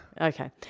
Okay